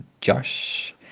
Josh